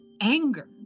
anger